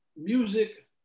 Music